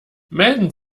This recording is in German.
melden